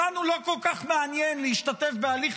אותנו לא כל כך מעניין להשתתף בהליך